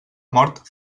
mort